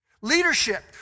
Leadership